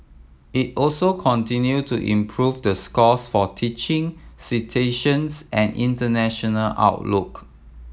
it also continued to improve the scores for teaching citations and international outlook